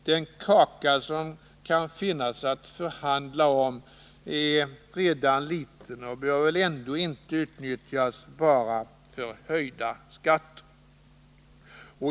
Den kaka som kan finnas att förhandla om är redan liten och bör väl ändå inte utnyttjas bara för höjda skatter.